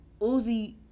Uzi